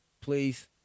please